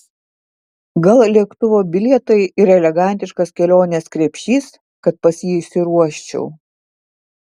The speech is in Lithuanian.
gal lėktuvo bilietai ir elegantiškas kelionės krepšys kad pas jį išsiruoščiau